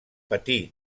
patí